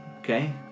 Okay